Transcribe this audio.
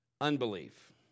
unbelief